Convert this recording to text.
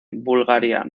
bulgaria